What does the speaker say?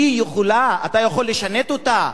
אתה יכול לשנות אותה,